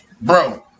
bro